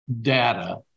data